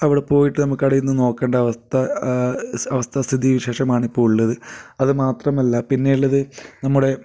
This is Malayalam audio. അവിടെ പോയിട്ട് നമക്കടേന്നു നോക്കണ്ട അവസ്ഥ അവസ്ഥ സ്ഥിതി വിശേഷമാണ് ഇപ്പോൾ ഉള്ളത് അതുമാത്രമല്ല പിന്നെയുള്ളത് നമ്മുടെ